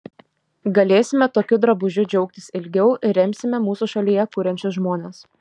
galėsime tokiu drabužiu džiaugtis ilgiau ir remsime mūsų šalyje kuriančius žmones